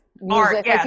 music